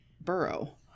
burrow